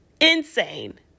Insane